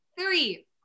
Three